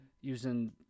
using